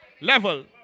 level